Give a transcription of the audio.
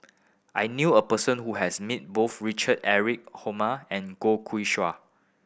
I knew a person who has met both Richard Eric and Goh Ku